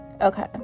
Okay